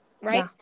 right